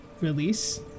release